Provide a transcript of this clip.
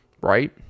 right